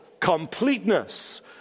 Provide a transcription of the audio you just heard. completeness